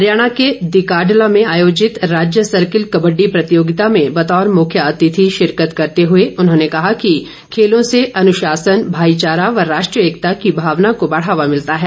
हरियाणा के दिकाडला में आयोजित राज्य सर्किल कबड़डी प्रतियोगिता में बतौर मुख्य अतिथि शिरकत करते हुए उन्होंने कहा कि खेलों से अनुशासन भाईचारा व राष्ट्रीय एकता की भावना को बढ़ावा मिलता है